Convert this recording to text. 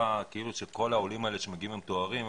נראה כאילו שכל העולים האלה שמגיעים עם תארים,